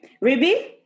Ruby